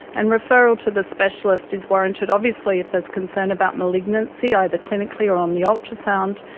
and referral to the specialist is warranted obviously if there is concern about malignancy, either clinically or on the ultrasound.